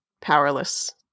powerless